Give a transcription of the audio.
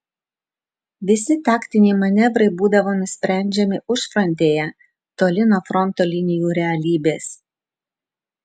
visi taktiniai manevrai būdavo nusprendžiami užfrontėje toli nuo fronto linijų realybės